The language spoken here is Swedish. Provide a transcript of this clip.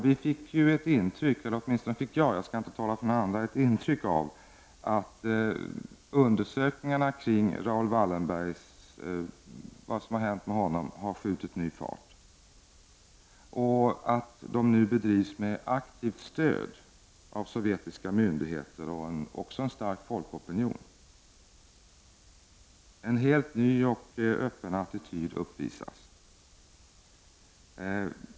Vi fick ett intryck av -- åtminstone fick jag det, jag skall inte tala för någon annan -- att undersökningarna kring det som hänt Raoul Wallenberg skjutit ny fart. De bedrivs nu med aktivt stöd av sovjetiska myndigheter och även av en stark folkopinion. En helt ny och öppen attityd uppvisas.